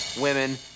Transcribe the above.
women